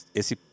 esse